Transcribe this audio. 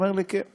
הוא אומר לי: כן.